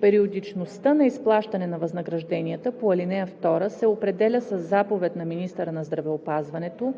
Периодичността на изплащане на възнагражденията по ал. 2 се определя със заповед на министъра на здравеопазването,